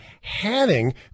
Hanning